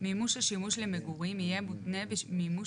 מימוש השימוש למגורים יהיה מותנה במימוש